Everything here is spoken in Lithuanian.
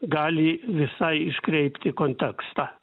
gali visai iškreipti kontekstą